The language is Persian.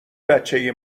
بچه